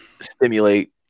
stimulate